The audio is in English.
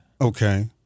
Okay